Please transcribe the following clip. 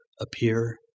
appear